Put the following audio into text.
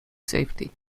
safety